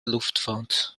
luftfahrt